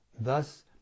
thus